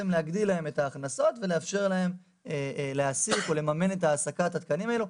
להגדיל להם את ההכנסות ולאפשר להם להעסיק או לממן את העסקת התקנים הללו.